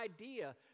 idea